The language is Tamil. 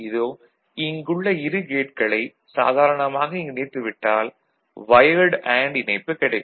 இதோ இங்குள்ள இரு கேட்களை சாதாரணமாக இங்கு இணைத்துவிட்டால் வையர்டு அண்டு இணைப்பு கிடைக்கும்